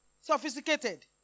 Sophisticated